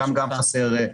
שם גם חסר עובדים.